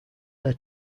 their